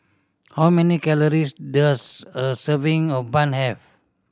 how many calories does a serving of bun have